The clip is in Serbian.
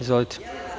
Izvolite.